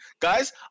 guys